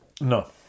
No